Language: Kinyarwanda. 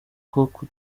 kuko